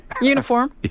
uniform